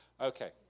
Okay